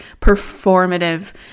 performative